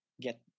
get